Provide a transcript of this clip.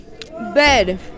Bed